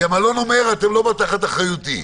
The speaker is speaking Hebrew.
כי המלון אומר: אתם לא תחת אחריותי.